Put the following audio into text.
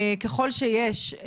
ככל שיש,